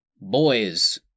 boys